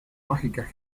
mágicas